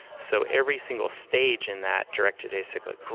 so every single stage in that directed acyclic